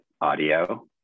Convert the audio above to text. audio